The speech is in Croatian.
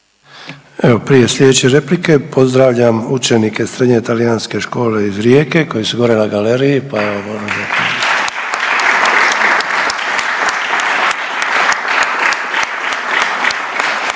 prije slijedeće replike pozdravljam učenike Srednje talijanske škole iz Rijeke koji su gore na galeriji.